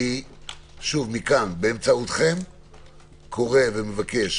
מכאן באמצעותכם אני קורא ומבקש